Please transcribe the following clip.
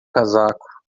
casaco